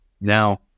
Now